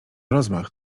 rozmach